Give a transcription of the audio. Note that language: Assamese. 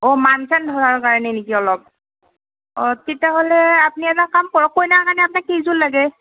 অঁ মান চান ধৰাৰ কাৰণে নেকি অলপ অঁ তেতিয়াহ'লে আপুনি এটা কাম কৰক কইনাৰ কাৰণে আপোনাক কেইযোৰ লাগে